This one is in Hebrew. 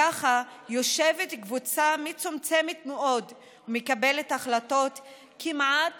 ככה יושבת קבוצה מצומצמת מאוד ומקבלת החלטות כמעט